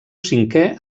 cinquè